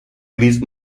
gris